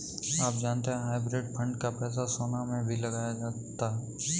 आप जानते है हाइब्रिड फंड का पैसा सोना में भी लगाया जाता है?